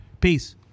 Peace